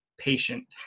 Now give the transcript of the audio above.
patient